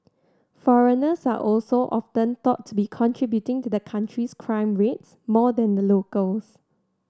foreigners are also often thought to be contributing to the country's crime rates more than the locals